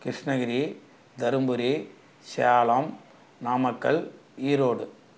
Krishnagiri Dharmapuri Salem Namakkal Erode